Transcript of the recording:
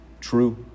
True